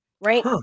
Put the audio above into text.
Right